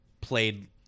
played